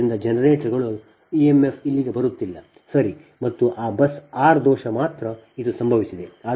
ಆದ್ದರಿಂದ ಜನರೇಟರ್ಗಳು emf ಇಲ್ಲಿಗೆ ಬರುತ್ತಿಲ್ಲ ಸರಿ ಮತ್ತು ಆ ಬಸ್ r ದೋಷ ಮಾತ್ರ ಇದು ಸಂಭವಿಸಿದೆ